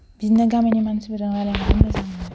बिदिनो गामिनि मानसिफोरजों रायज्लायनानै मोजां मोनो